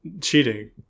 cheating